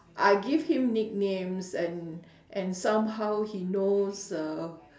I give him nicknames and and somehow he knows uh